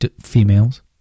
females